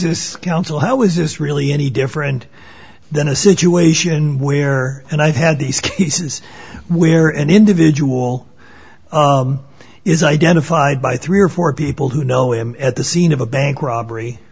this council how is this really any different than a situation where and i have these cases where an individual is identified by three or four people who know him at the scene of a bank robbery